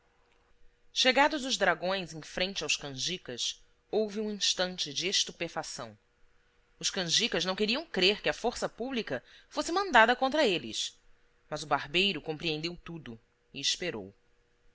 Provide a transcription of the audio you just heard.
chegados os dragões em frente aos canjicas houve um instante de estupefação os canjicas não queriam crer que a força pública fosse mandada contra eles mas o barbeiro compreendeu tudo e esperou